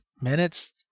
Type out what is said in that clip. minutes